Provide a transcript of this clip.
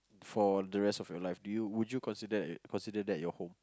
for the rest of your life do you would you consider consider that your home